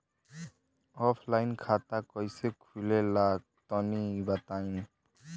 Offline खाता कइसे खुले ला तनि बताई?